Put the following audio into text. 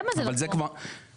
אבל זה כבר --- למה זה לא פה?